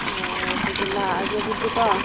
ꯑꯣ ꯑꯗꯨꯗꯤ ꯂꯥꯛꯑꯒꯦ ꯑꯗꯨꯗꯤꯀꯣ